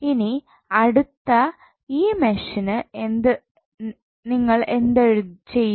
ഇനി അടുത്ത ഈ മെഷിന് നിങ്ങൾ എന്തു ചെയ്യും